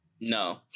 No